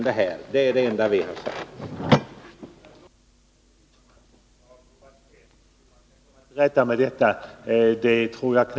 Det är det enda vi har sagt.